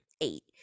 eight